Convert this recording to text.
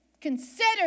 Consider